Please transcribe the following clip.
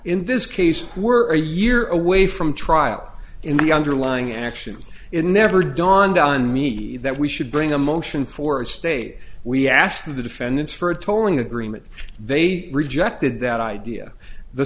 in this case we're a year away from trial in the underlying action it never dawned on me that we should bring a motion for a state we asked of the defendants for a tolling agreement they rejected that idea the